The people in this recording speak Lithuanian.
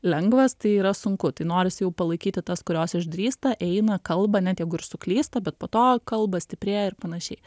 lengvas tai yra sunku tai norisi jau palaikyti tas kurios išdrįsta eina kalba net jeigu ir suklysta bet po to kalba stiprėja ir panašiai